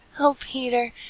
oh, peter,